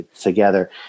together